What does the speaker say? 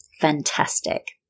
Fantastic